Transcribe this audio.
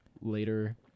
later